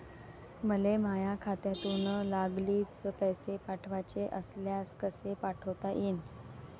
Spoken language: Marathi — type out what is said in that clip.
मले माह्या खात्यातून लागलीच पैसे पाठवाचे असल्यास कसे पाठोता यीन?